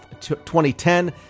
2010